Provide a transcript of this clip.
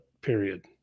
period